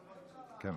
כן,